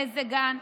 מאיזה גן,